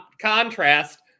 contrast